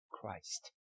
Christ